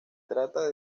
trata